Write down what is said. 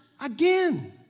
again